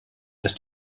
dass